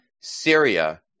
Syria